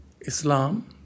Islam